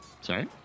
sorry